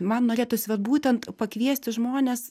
man norėtųsi vat būtent pakviesti žmonės